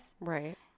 Right